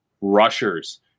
rushers